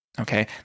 Okay